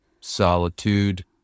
Solitude